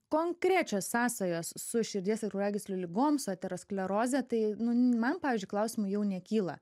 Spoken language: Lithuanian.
konkrečios sąsajos su širdies ir kraujagyslių ligom su ateroskleroze tai man pavyzdžiui klausimų jau nekyla